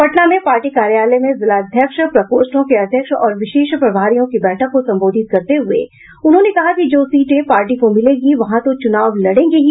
पटना में पार्टी कार्यालय में जिलाध्यक्ष प्रकोष्ठों के अध्यक्ष और विशेष प्रभारियों की बैठक को संबोधित करते हुये उन्होंने कहा कि जो सीटें पार्टी को मिलेंगी वहां तो चुनाव लड़ेंगे ही